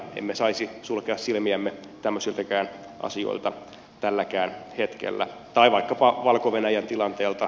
emme saisi sulkea silmiämme tämmöisiltäkään asioilta tälläkään hetkellä tai vaikkapa valko venäjän tilanteelta